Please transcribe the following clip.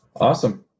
Awesome